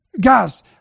Guys